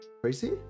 crazy